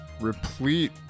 Replete